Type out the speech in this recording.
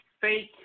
fake